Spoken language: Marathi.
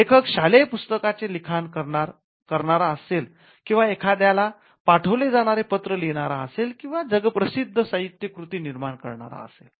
लेखक शालेय पुस्तकाचे लिखाण करणार असेल किंवा एखाद्याला पाठवले जाणारे पत्र लिहिणारा असेल किंवा जगप्रसिद्ध साहित्य कृती निर्माण करणारा असेल